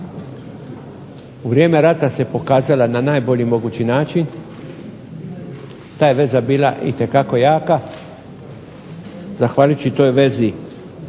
u vrijeme rata se pokazala na najbolji mogući način, ta je veza bila itekako jaka, zahvaljujući na toj vezi